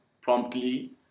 promptly